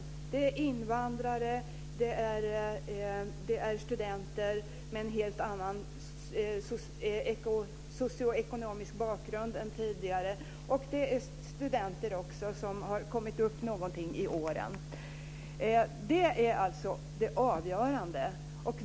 Det är invandrare, det är studenter med en helt annan socioekonomisk bakgrund och det är också studenter som har kommit upp något i åren. Det är alltså det avgörande.